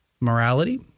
morality